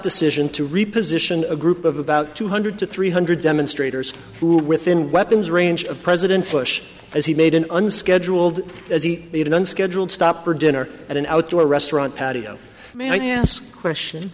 decision to reposition a group of about two hundred to three hundred demonstrators who within weapons range of president bush as he made an unscheduled as he made an unscheduled stop for dinner at an outdoor restaurant patio may i ask a question